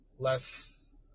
less